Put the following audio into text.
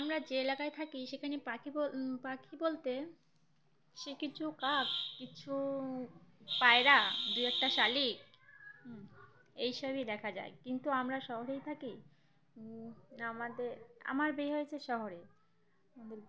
আমরা যে এলাকায় থাকি সেখানে পাখি ব পাখি বলতে সে কিছু কাপ কিছু পায়রা দু একটা শালিক এইসবই দেখা যায় কিন্তু আমরা শহরেই থাকি আমাদের আমার বিয়ে হয়েছে শহরে